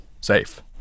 safe